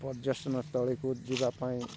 ପର୍ଯ୍ୟଟନ ସ୍ତଳୀକୁ ଯିବାପାଇଁ